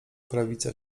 prawica